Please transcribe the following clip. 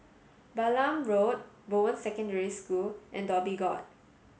Balam Road Bowen Secondary School and Dhoby Ghaut